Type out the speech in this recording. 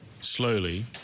Slowly